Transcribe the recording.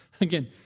Again